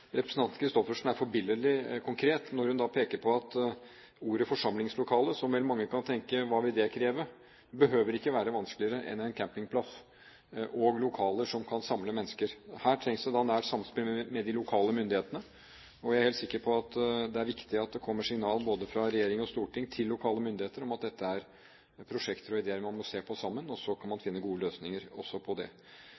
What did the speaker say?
representanten Christoffersen er forbilledlig konkret når hun peker på at et forsamlingslokale – mange vil vel tenke: Hva vil det kreve? – ikke behøver å være vanskeligere enn en campingplass og lokaler som kan samle mennesker. Her trengs det et nært samspill med de lokale myndighetene, og jeg er helt sikker på at det er viktig at det kommer signaler både fra regjering og storting til lokale myndigheter om at dette er prosjekter og ideer man må se på sammen, og så kan man